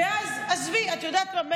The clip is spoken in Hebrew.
ואז, עזבי, את יודעת מה?